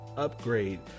upgrade